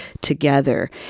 together